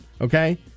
Okay